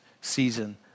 season